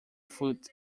foot